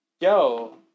yo